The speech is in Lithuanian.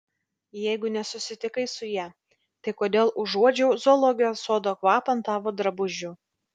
jeigu nesusitikai su ja tai kodėl užuodžiau zoologijos sodo kvapą ant tavo drabužių